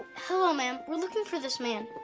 hello ma'am, we're looking for this man.